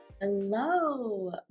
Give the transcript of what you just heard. Hello